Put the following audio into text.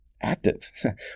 active